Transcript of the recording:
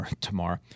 tomorrow